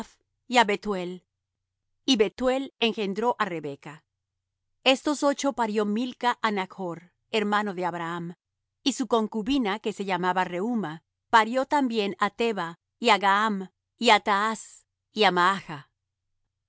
á bethuel y bethuel engendró á rebeca estos ocho parió milca á nachr hermano de abraham y su concubina que se llamaba reúma parió también á teba y á gaham y á taas